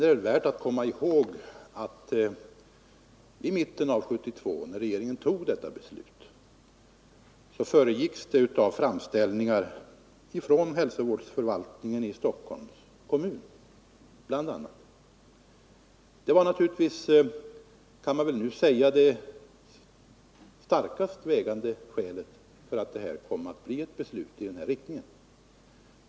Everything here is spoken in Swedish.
Det är värt att komma ihåg att beslutet, som regeringen fattade i mitten av 1972, föregicks av framställningar från bl.a. hälsovårdsförvaltningen i Stockholms kommun. Dessa var, kan man nu säga, det tyngst vägande 33 skälet för ett beslut i denna riktning.